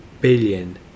billion